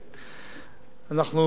אנחנו רואים את המציאות הזאת,